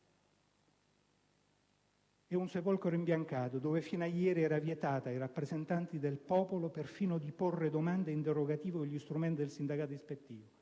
di un sepolcro imbiancato rispetto al quale fino a ieri era vietato ai rappresentanti del popolo perfino di porre domande ed interrogativi con gli strumenti del sindacato ispettivo.